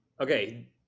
okay